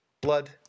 Blood